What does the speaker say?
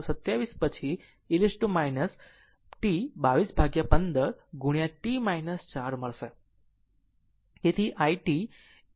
727 પછી e t 2215 ગુણ્યા t 4મળશે